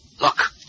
Look